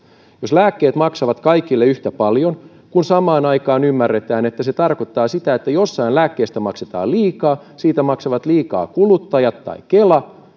jos lääkkeet maksavat kaikille yhtä paljon kun samaan aikaan ymmärretään että se tarkoittaa sitä että jossain lääkkeistä maksetaan liikaa siitä maksavat liikaa kuluttajat tai kela